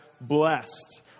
blessed